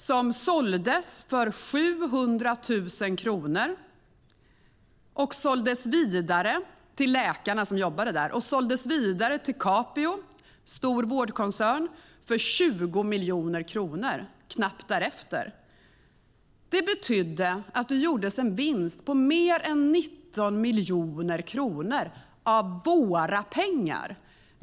Den såldes för 700 000 kronor till läkarna som jobbade där och såldes kort därefter vidare till Capio, en stor vårdkoncern, för 20 miljoner kronor. Det betyder att det gjordes en vinst på mer än 19 miljoner kronor, av våra pengar.